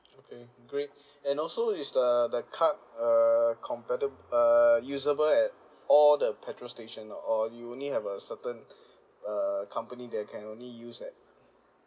okay great and also is the the card err compati~ uh usable at all the petrol station or you only have a certain uh company that can only use at